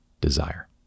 desire